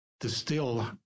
distill